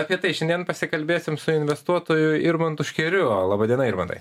apie tai šiandien pasikalbėsim su investuotoju irmantu škėriu laba diena irmantai